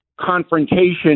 confrontation